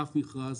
באף מכרז,